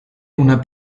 una